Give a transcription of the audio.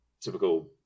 Typical